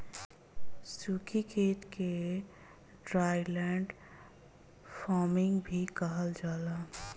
सूखी खेती के ड्राईलैंड फार्मिंग भी कहल जाला